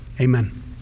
amen